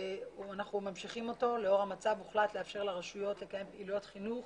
אנחנו ממשיכים אותו לאור המצב הוחלט לאפשר לרשויות לקיים פעילויות חינוך